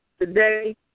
today